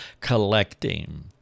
collecting